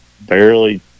barely